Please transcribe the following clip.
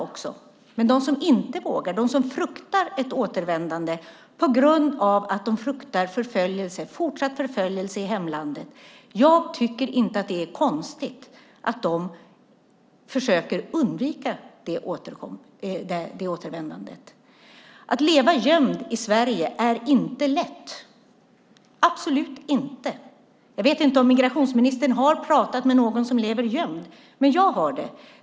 Men det finns de som inte vågar, de som fruktar ett återvändande på grund av att de fruktar fortsatt förföljelse i hemlandet. Jag tycker inte att det är konstigt att de försöker undvika det återvändandet. Att leva gömd i Sverige är inte lätt, absolut inte. Jag vet inte om migrationsministern har pratat med någon som lever gömd. Jag har det.